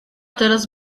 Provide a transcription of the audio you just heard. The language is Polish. teraz